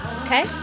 okay